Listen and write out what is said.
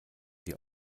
die